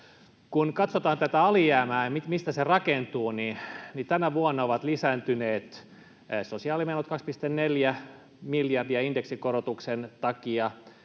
Kun katsotaan tätä alijäämää, mistä se rakentuu, niin tänä vuonna ovat lisääntyneet sosiaalimenot 2,4 miljardia indeksikorotuksen takia,